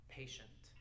patient